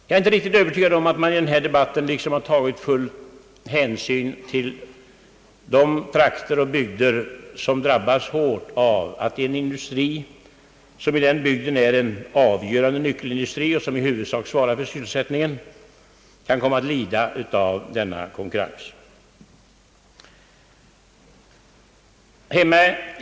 Jag är inte riktigt övertygad om ait man i denna debatt tagit full hänsyn till de trakter och bygder, som drabbas hårt av att en för dem avgörande nyckelindustri, som i stort sett svarar för sysselsättningen, kan komma att lida av denna konkurrens.